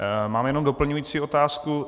Mám jenom doplňující otázku.